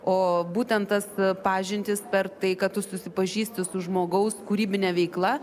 o būtent tas pažintis per tai kad tu susipažįsti su žmogaus kūrybine veikla